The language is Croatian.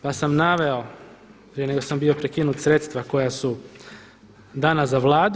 Pa sam naveo prije nego sam bio prekinut, sredstva koja su dana za Vladu.